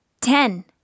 Ten